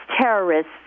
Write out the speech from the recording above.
terrorists